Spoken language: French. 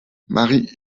marie